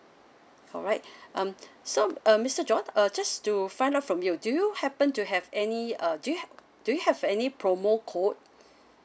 alright um so um mister john uh just to find out from you do you happen to have any uh do you have do you have any promo code